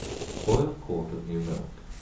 boil a quart of new milk,